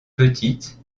petite